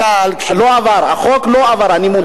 בדרך כלל, לא עבר, החוק לא עבר, אני מודע.